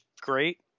great